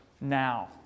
now